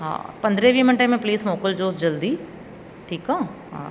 हा पंद्रहें वीहें मिंटे में प्लीज़ मोकिलिजोसि जल्दी ठीकु आहे हा